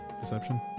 Deception